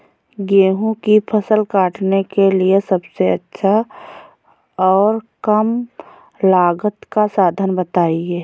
गेहूँ की फसल काटने के लिए सबसे अच्छा और कम लागत का साधन बताएं?